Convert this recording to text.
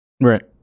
Right